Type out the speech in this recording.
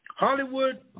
Hollywood